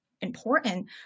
important